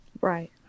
right